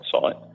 site